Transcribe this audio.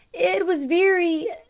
it was very